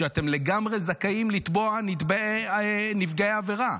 שאתם לגמרי זכאים לתבוע נפגעי עבירה.